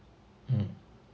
mm